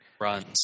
runs